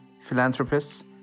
philanthropists